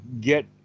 get